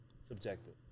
subjective